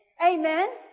Amen